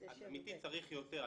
אמיתי, צריך יותר.